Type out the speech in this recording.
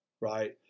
right